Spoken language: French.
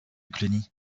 cluny